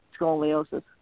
scoliosis